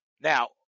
Now